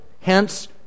Hence